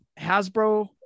Hasbro